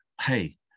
Hey